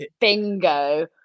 bingo